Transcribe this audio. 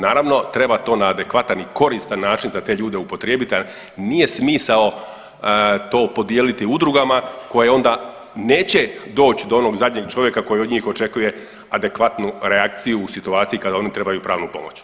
Naravno treba to na adekvatan i koristan način za te ljude upotrijebiti, a nije smisao to podijeliti udrugama koje onda neće doći do onog zadnjeg čovjeka koji od njih očekuje adekvatnu reakciju u situaciji kada oni trebaju pravnu pomoć.